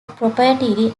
proprietary